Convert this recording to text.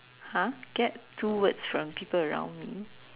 !huh! get two words from people around me